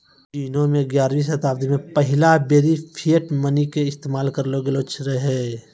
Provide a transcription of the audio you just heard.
चीनो मे ग्यारहवीं शताब्दी मे पहिला बेरी फिएट मनी के इस्तेमाल करलो गेलो रहै